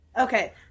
Okay